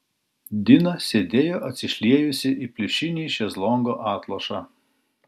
dina sėdėjo atsišliejusi į pliušinį šezlongo atlošą